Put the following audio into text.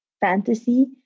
fantasy